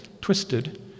twisted